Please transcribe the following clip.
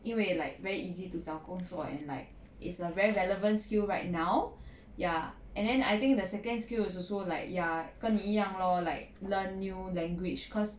因为 like very easy to 找工作 and like it's a very relevant skill right now ya and then I think the second skill is also like ya 跟你一样 lor like learn new language cause